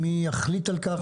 מי יחליט על כך?